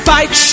Fight